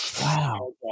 Wow